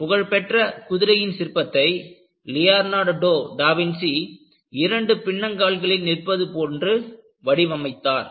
புகழ்பெற்ற குதிரையின் சிற்பத்தை லியோனார்டோ டா வின்சி இரண்டு பின்னங்கால்களில் நிற்பது போன்று வடிவமைத்தார்